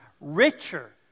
richer